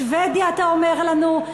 שבדיה אתה אומר לנו?